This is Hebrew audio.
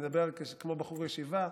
שאני מדבר כמו בחור ישיבה,